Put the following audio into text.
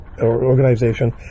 organization